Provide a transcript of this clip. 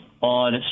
on